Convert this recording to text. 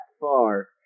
far